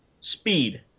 speed